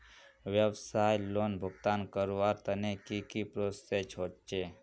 व्यवसाय लोन भुगतान करवार तने की की प्रोसेस होचे?